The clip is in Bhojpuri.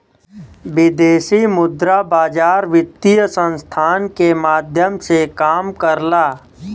विदेशी मुद्रा बाजार वित्तीय संस्थान के माध्यम से काम करला